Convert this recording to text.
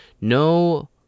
no